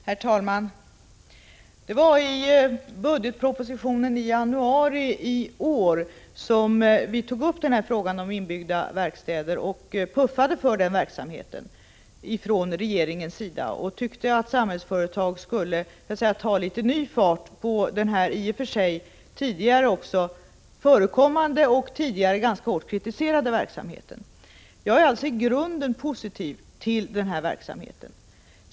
Herr talman! Det var i budgetpropositionen i januari i år som vi tog upp frågan om inbyggda verkstäder. Regeringen puffade då för den verksamheten och tyckte att Samhällsföretag skulle sätta litet ny fart på den här i och för sig även tidigare förekommande och ganska hårt kritiserade verksamheten. Jag är alltså i grunden positiv till den här verksamheten.